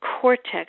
cortex